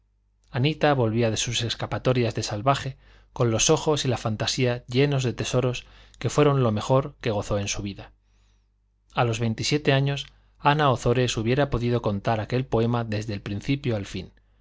anita volvía de sus escapatorias de salvaje con los ojos y la fantasía llenos de tesoros que fueron lo mejor que gozó en su vida a los veintisiete años ana ozores hubiera podido contar aquel poema desde el principio al fin